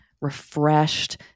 refreshed